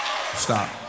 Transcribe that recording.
stop